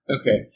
Okay